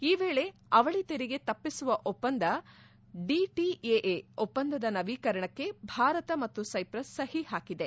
ಈ ವೇಳೆ ಅವಳಿ ತೆರಿಗೆ ತಪ್ಪಿಸುವ ಒಪ್ಪಂದ ಡಿಟಿಎಎ ಒಪ್ಪಂದದ ನವೀಕರಣಕ್ಕೆ ಭಾರತ ಮತ್ತು ಸೈಪ್ರಸ್ ಸಹಿ ಹಾಕಿದೆ